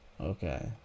Okay